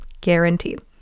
guaranteed